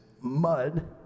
mud